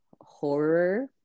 horror